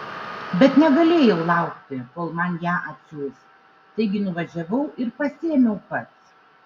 bet negalėjau laukti kol man ją atsiųs taigi nuvažiavau ir pasiėmiau pats